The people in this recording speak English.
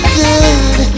good